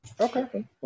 Okay